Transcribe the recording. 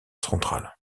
central